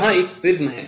यहाँ एक प्रिज्म है